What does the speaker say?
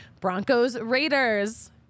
Broncos-Raiders